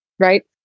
right